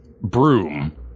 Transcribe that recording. broom